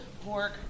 pork